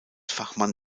fachmann